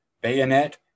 bayonet